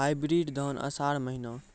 Hybrid धान आषाढ़ महीना?